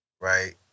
right